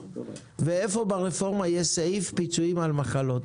איפה ברפורמה יש סעיף פיצויים על מחלות?